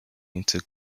into